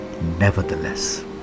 Nevertheless